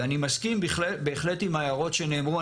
ואני מסכים בהחלט עם ההערות שנאמרו.